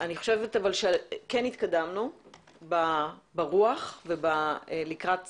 אני חושבת שכן התקדמנו ברוח ולקראת סיכום,